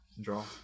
draw